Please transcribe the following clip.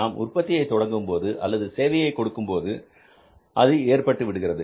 நாம் உற்பத்தியை தொடங்கும் போது அல்லது சேவையை கொடுக்கும்போது அது ஏற்பட்ட விடுகிறது